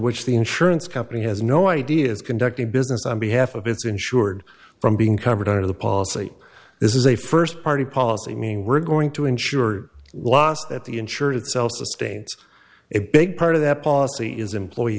which the insurance company has no idea is conducting business on behalf of its insured from being covered under the policy this is a first party policy mean we're going to ensure last at the insurer itself sustains a big part of that policy is employee